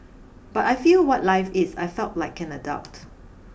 but I feel what life is I felt like an adult